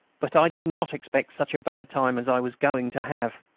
but i did not expect such a bad time as i was going to have.